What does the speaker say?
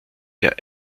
der